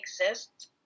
exists